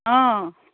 অঁ